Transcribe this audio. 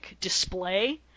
display